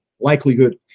likelihood